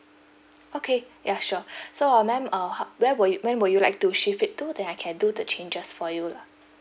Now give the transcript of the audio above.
okay ya sure so um ma'am uh how when will you when will you like to shift it to then I can do the changes for you lah